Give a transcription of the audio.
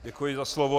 Děkuji za slovo.